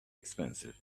expensive